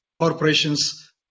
Corporations